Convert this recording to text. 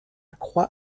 croix